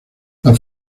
las